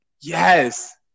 Yes